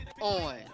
on